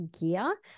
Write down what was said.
gear